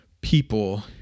people